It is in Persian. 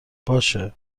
باشه